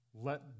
Let